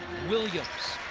williams.